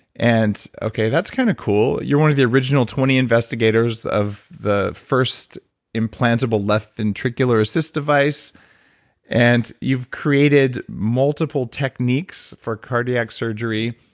and okay, that's kind of cool. you're one of the original twenty investigators of the first implantable left ventricular assist device and you've created multiple techniques for cardiac surgery.